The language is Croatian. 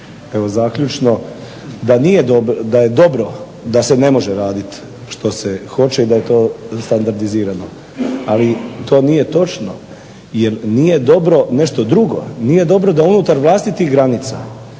evo zaključno da je dobro da se ne može raditi što se hoće i da je to standardizirano. Ali, to nije točno jer nije dobro nešto drugo, nije dobro da unutar vlastitih granica